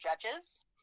judges